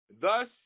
Thus